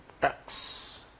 tax